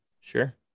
sure